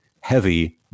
heavy